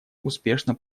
успешно